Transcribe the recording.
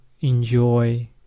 enjoy